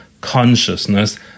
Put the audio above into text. consciousness